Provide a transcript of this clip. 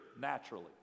naturally